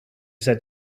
said